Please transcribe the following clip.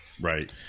right